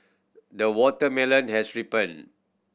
the watermelon has ripened